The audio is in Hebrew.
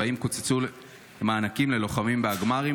והאם קוצצו מענקים ללוחמים בהגמ"רים